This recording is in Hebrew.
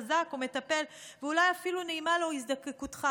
חזק או מטפל, ואולי אפילו נעימה לו הזדקקותך.